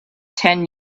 ten